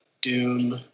Doom